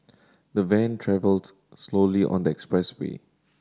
the van travelled slowly on the expressway